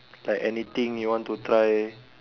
like anything you want to try